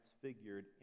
transfigured